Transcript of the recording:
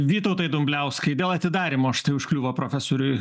vytautai dumbliauskai dėl atidarymo štai užkliuvo profesoriui